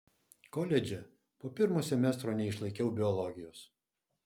koledže po pirmo semestro neišlaikiau biologijos